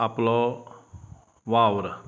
आपलो वावर